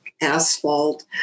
asphalt